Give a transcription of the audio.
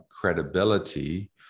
credibility